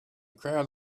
crowd